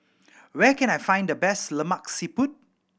where can I find the best Lemak Siput